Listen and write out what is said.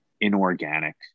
inorganic